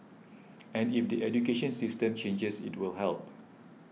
and if the education system changes it will help